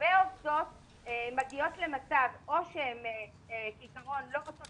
הרבה עובדות מגיעות למצב שאו שהן לא רוצות